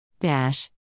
Dash